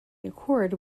accord